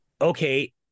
okay